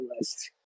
list